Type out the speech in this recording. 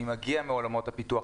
אני מגיע מעולמות הפיתוח,